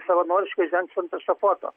savanoriškai žengs ant ešafoto